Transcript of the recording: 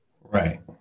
right